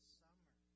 summer